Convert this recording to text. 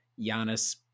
Giannis